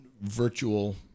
virtual